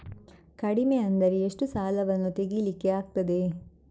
ಕಡಿಮೆ ಅಂದರೆ ಎಷ್ಟು ಸಾಲವನ್ನು ತೆಗಿಲಿಕ್ಕೆ ಆಗ್ತದೆ?